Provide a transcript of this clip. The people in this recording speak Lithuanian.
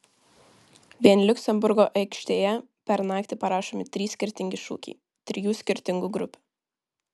vien liuksemburgo aikštėje per naktį parašomi trys skirtingi šūkiai trijų skirtingų grupių